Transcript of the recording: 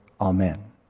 amen